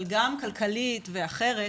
אבל גם כלכלית ואחרת,